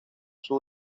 sus